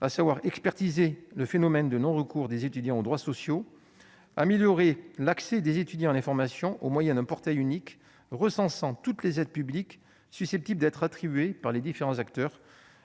à savoir l'expertise du phénomène de non-recours des étudiants aux droits sociaux, l'amélioration de l'accès des étudiants à l'information au moyen d'un portail unique recensant toutes les aides publiques susceptibles d'être attribuées par les différents acteurs